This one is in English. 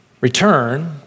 return